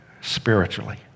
spiritually